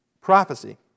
prophecy